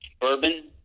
bourbon